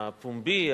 הפומבי,